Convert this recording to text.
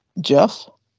Jeff